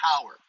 power